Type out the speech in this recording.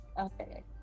okay